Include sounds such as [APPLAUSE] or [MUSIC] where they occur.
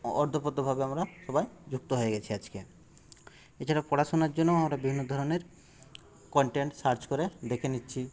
[UNINTELLIGIBLE] ভাবে আমরা সবাই যুক্ত হয়ে গেছি আজকে এছাড়াও পড়াশুনার জন্য আমরা বিভিন্ন ধরনের কন্টেন্ট সার্চ করে দেখে নিচ্ছি